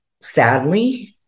sadly